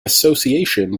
association